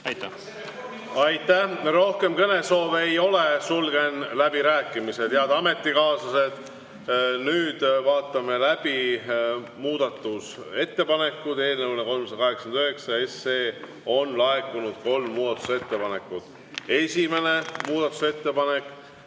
Aitäh! Aitäh! Rohkem kõnesoove ei ole, sulgen läbirääkimised. Head ametikaaslased, nüüd vaatame läbi muudatusettepanekud. Eelnõu 389 kohta on laekunud kolm muudatusettepanekut. Esimene muudatusettepanek